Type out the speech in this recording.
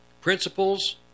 principles